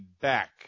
back